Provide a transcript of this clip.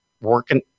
working